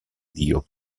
dio